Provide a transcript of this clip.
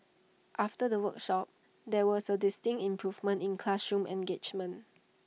after the workshops there was A distinct improvement in classroom engagement